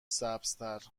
سبزتر